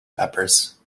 peppers